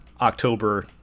October